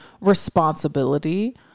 responsibility